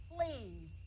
please